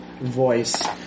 voice